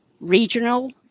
regional